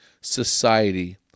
society